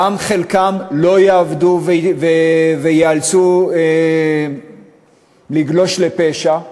גם חלקם לא יעבדו וייאלצו לגלוש לפשע,